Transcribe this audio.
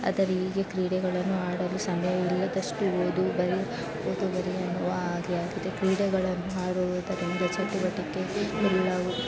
ಆದರೆ ಈಗ ಕ್ರೀಡೆಗಳನ್ನು ಆಡಲು ಸಮಯ ಇಲ್ಲದಷ್ಟು ಓದು ಬರೆ ಓದು ಬರೆಯುವ ಹಾಗೆ ಆಗಿದೆ ಕ್ರೀಡೆಗಳನ್ನು ಆಡುವುದರಿಂದ ಚಟುವಟಿಕೆ ಎಲ್ಲವೂ